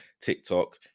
TikTok